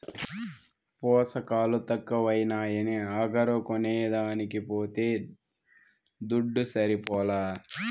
పోసకాలు తక్కువైనాయని అగరు కొనేదానికి పోతే దుడ్డు సరిపోలా